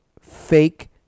fake